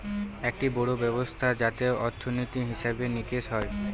একটি বড়ো ব্যবস্থা যাতে অর্থনীতি, হিসেব নিকেশ হয়